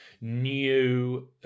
new